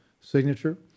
signature